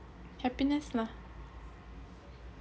happiness lah